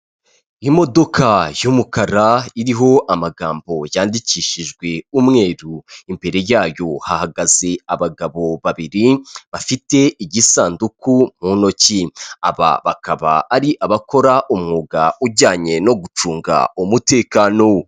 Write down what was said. Imodoka y'umukara iriho amagambo yandikishijwe umweru, imbere yayo hahagaze abagabo babiri bafite igisanduku mu ntoki, aba bakaba ari abakora umwuga ujyanye no gucunga umutekano.